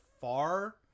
far